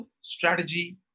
strategy